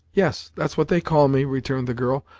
yes, that's what they call me, returned the girl,